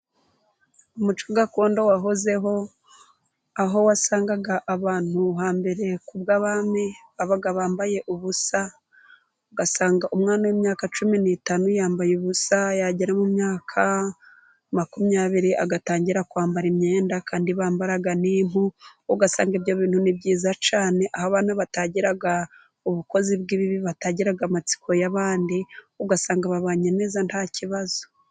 Umuco gakondo wahozeho aho wasangaga abantu hambere kubw'abami babaga bambaye ubusa, ugasanga umwana w'imyaka cumi n'itanu yambaye ubusa yagera mu myaka makumyabiri agatangira kwambara imyenda kandi bambaraga n'impu. Ugasanga ibyo bintu ni byiza cyane aho abana batagiraga ubukozi bw'ibibi, batagiraga amatsiko y'abandi ugasanga babanye neza nta kibazo.